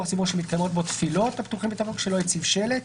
לציבור שמתקיימות בו תפילות שלא הציב שלט.